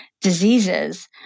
diseases